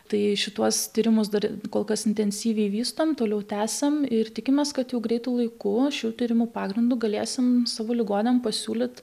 tai šituos tyrimus dar kol kas intensyviai vystom toliau tęsiam ir tikimės kad jau greitu laiku šių tyrimų pagrindu galėsim savo ligoniam pasiūlyt